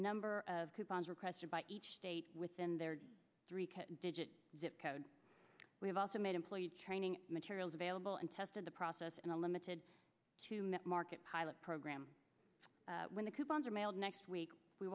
number of coupons requested by each state within their three digit zip code we have also made employee training materials available and tested the process in a limited to market pilot program when the coupons are mailed next week we